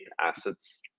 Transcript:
assets